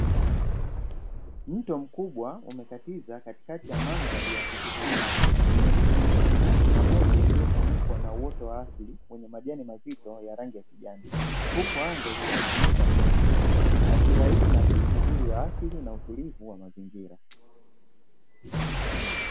Mto mkubwa umekatiza katikati ya mandhari ya kuvutia yenye miti mingi na bonde lililofunikwa na wote wa asili wenye majani mazito ya rangi ya kijani huku anga ikiwa umefunikwa na mawingu, taswira hii na sisi uzuri wa asili na utulivu wa mazingira.